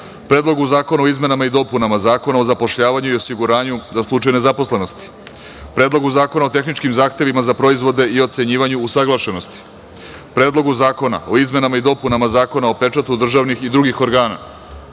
Predlogu zakona o izmenama i dopunama Zakona o zapošljavanju i osiguranju za slučaj nezaposlenosti, Predlogu zakona o tehničkih zahtevima za proizvode i ocenjivanje usaglašenosti, Predlogu zakona o izmenama i dopunama Zakona o pečatu državnih i drugih organa,